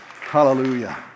Hallelujah